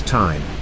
time